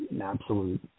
absolute –